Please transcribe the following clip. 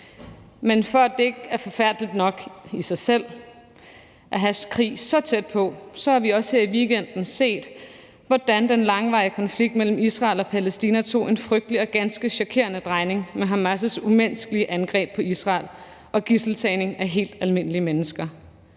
Og som om det ikke er forfærdeligt nok i sig selv at have krig så tæt på, har vi også her i weekenden set, hvordan den langvarige konflikt mellem Israel og Palæstina tog en frygtelig og ganske chokerende drejning med Hamas' umenneskelige angreb på Israel og gidseltagning af helt almindelige mennesker.